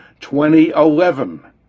2011